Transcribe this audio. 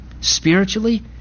spiritually